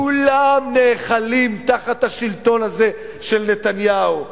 כולם נאכלים תחת השלטון הזה של נתניהו,